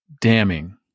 damning